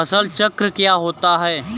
फसल चक्र क्या होता है?